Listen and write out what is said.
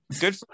good